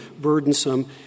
burdensome